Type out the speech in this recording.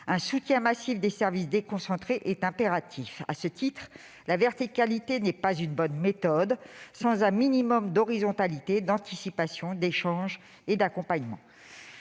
Un soutien massif des services déconcentrés est impératif. À ce titre, la verticalité n'est pas une bonne méthode sans un minimum d'horizontalité, d'anticipation, d'échanges et d'accompagnement.